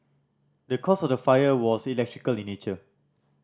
the cause of the fire was electrical in nature